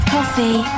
Coffee